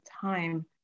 time